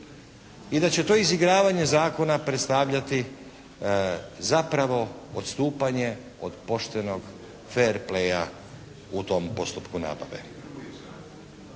i da će to izigravanje zakona predstavljati zapravo odstupanje od poštenog fair playa u tom postupku nabave.